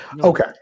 Okay